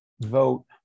vote